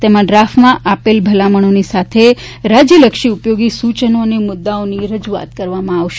તેમાં ડ્રાફટમાં આપેલ ભલામણોની સાથે રાજ્યલક્ષી ઉપયોગી સૂચનો અને મુદ્દાઓની રજૂઆતો કરવામાં આવશે